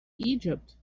egypt